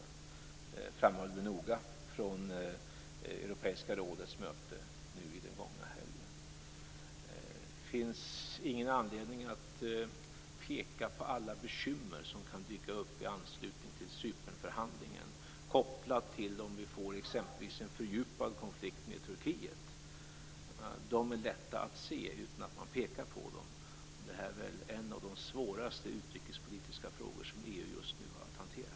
Det framhöll man noga från Europeiska rådets möte under den gångna helgen. Det finns ingen anledning att peka på alla bekymmer som kan dyka upp i anslutning till Cypernförhandlingen, kopplat till om vi får exempelvis en fördjupad konflikt med Turkiet. De är lätta att se utan att man pekar på dem. Det här är en av de svåraste utrikespolitiska frågor som EU just nu har att hantera.